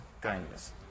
kindness